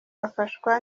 bafashwa